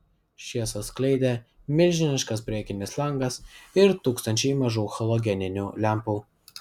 šviesą skleidė milžiniškas priekinis langas ir tūkstančiai mažų halogeninių lempų